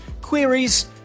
queries